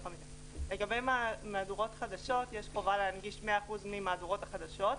לגבי מהדורות חדשות יש חובה להנגיש 100% ממהדורות החדשות,